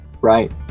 Right